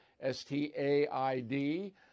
S-T-A-I-D